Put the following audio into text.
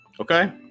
Okay